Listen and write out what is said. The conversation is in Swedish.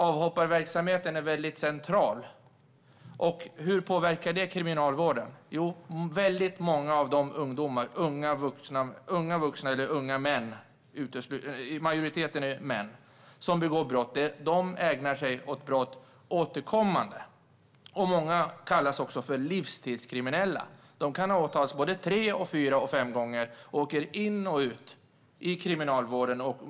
Avhopparverksamheten är mycket central. Hur påverkar det kriminalvården? Jo, väldigt många av de unga vuxna som begår brott - majoriteten är män - ägnar sig återkommande åt brott. Många kallas också för livstidskriminella. De kan ha åtalats både tre, fyra och fem gånger. De åker in i kriminalvården och ut från kriminalvården.